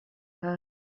her